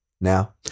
now